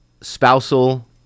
spousal